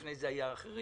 לפני זה היו אחרים,